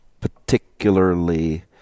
particularly